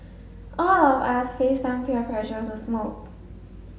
all of us faced some peer pressure to smoke